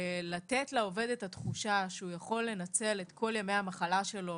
לתת לעובד את התחושה שהוא יכול לנצל את כל ימי המחלה שלו